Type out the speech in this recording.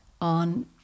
on